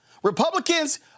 Republicans